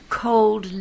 cold